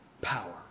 power